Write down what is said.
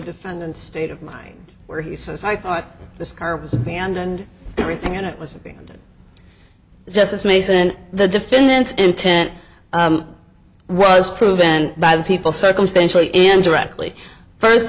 defendant's state of mind where he says i thought this car was abandoned everything in it was just as mason the defendant's intent was proven by the people circumstantially indirectly first